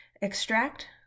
Extract